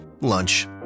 lunch